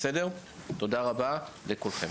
תודה רבה לכולכם.